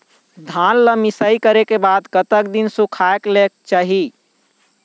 धान ला मिसाई करे के बाद कतक दिन सुखायेक चाही?